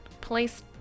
Police